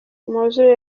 mowzey